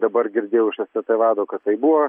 dabar girdėjau iš stt vado kad tai buvo